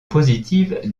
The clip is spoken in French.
positive